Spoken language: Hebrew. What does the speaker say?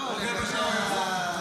לא --- עוד רבע שעה הוא יבוא.